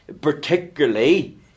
particularly